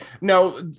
Now